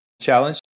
challenge